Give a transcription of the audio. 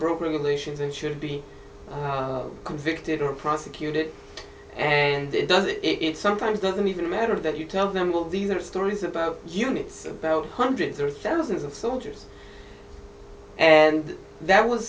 broken english and should be convicted or prosecuted and it doesn't it sometimes doesn't even matter that you tell them all these are stories about units about hundreds or thousands of soldiers and that was